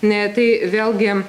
na tai vėlgi